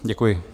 Děkuji.